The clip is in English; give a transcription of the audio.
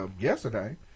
yesterday